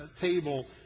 table